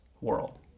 world